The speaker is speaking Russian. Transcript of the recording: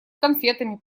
конфетами